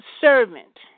servant